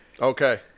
Okay